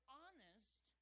honest